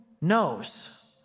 knows